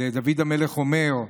דוד המלך אומר: